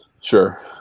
Sure